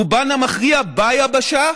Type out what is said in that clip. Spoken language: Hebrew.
רובן המכריע ביבשה,